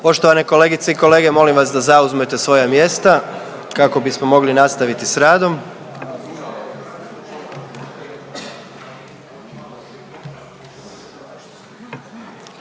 Poštovane kolegice i kolege molim vas da zauzmete svoja mjesta kako bismo mogli nastaviti s radom